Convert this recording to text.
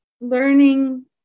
learning